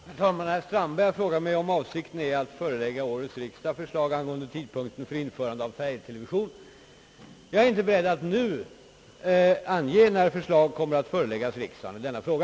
Herr talman! Herr Strandberg har frågat mig, om avsikten är att förelägga årets riksdag förslag angående tidpunkten för införande av färgtelevision. Jag är inte beredd att nu ange, när förslag kommer att föreläggas riksdagen i denna fråga.